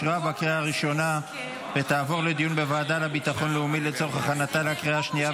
לוועדה לביטחון לאומי נתקבלה.